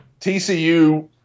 TCU